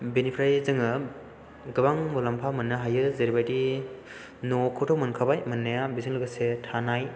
बेनिफ्राय जोङो गोबां मुलाम्फा मोननो हायो जेरैबायदि न'खौथ' मोनखाबाय मोननाया बेजों लोगोसे थानाय